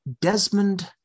Desmond